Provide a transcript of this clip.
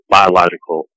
biological